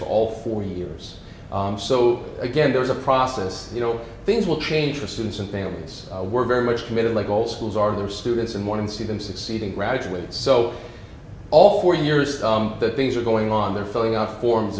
for all four years so again there's a process you know things will change for students and families were very much committed like all schools are their students and want to see them succeed and graduate so all four years that things are going on they're filling out forms